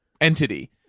entity